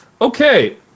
Okay